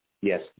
Yes